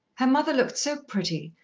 her mother looked so pretty,